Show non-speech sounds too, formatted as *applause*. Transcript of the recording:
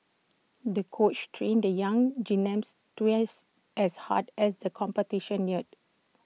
the coach trained the young *unintelligible* twice as hard as the competition neared